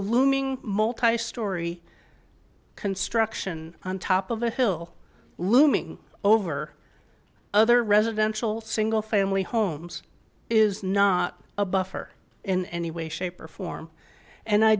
looming multi story construction on top of a hill looming over other residential single family homes is not a buffer in any way shape or form and i